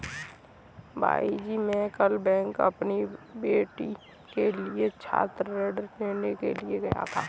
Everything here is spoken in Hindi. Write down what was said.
भाईजी मैं कल बैंक अपनी बेटी के लिए छात्र ऋण लेने के लिए गया था